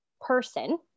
person